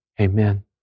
Amen